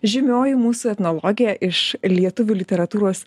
žymioji mūsų etnologė iš lietuvių literatūros